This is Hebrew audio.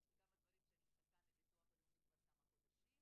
ויש לי כמה דברים שאני מחכה מביטוח לאומי כבר כמה חודשים,